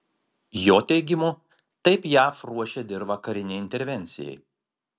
jo teigimu taip jav ruošia dirvą karinei intervencijai